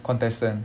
contestant